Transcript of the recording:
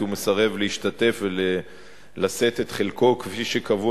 כי הוא מסרב להשתתף ולשאת את חלקו כפי שקבעו